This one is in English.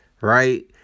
Right